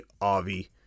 Avi